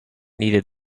needed